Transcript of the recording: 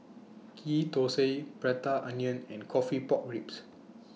Ghee Thosai Prata Onion and Coffee Pork Ribs